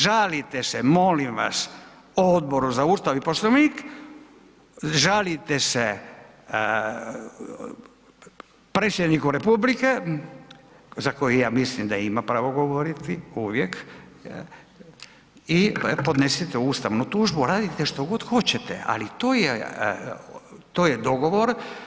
Žalite se molim vas Odboru za Ustav i Poslovnik, žalite se predsjedniku Republike za koji ja mislim da ima pravo govoriti uvijek i podnesite ustavnu tužbu, radite što god hoćete, ali to je dogovor.